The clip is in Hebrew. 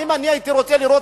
הייתי רוצה לראות,